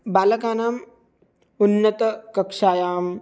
बालकानाम् उन्नतकक्षायां